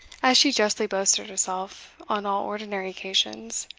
as she justly boasted herself, on all ordinary occasions,